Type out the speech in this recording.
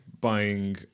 buying